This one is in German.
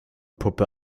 puppe